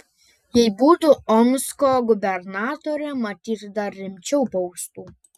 jei būtų omsko gubernatore matyt dar rimčiau baustų